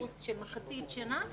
קורס של מחצית שנה,